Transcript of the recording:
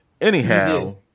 Anyhow